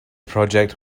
project